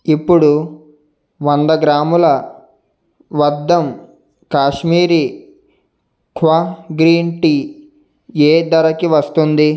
ఇప్పుడు వంద గ్రాముల వహ్డం కాశ్మీరీ కహ్వ గ్రీన్ టీ ఏ ధరకి వస్తుంది